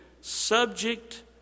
subject